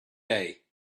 day